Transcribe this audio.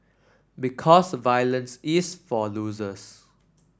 because violence is for losers